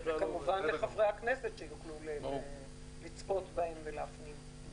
וכמובן לחברי הכנסת, שיוכלו לצפות בהן ולהפנים.